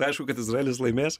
aišku kad izraelis laimės